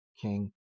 king